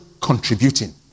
contributing